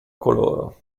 coloro